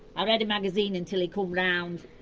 i read a magazine until he came round,